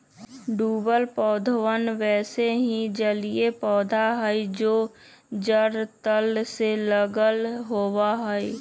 डूबल पौधवन वैसे ही जलिय पौधा हई जो जड़ तल से लगल होवा हई